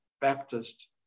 Baptist